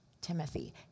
Timothy